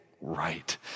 right